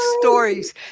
stories